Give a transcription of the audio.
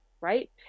right